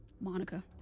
Monica